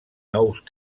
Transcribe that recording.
nous